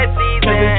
season